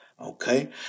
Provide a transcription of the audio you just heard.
Okay